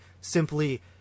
simply